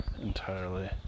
entirely